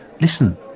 listen